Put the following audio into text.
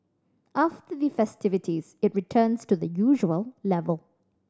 after the festivities it returns to the usual level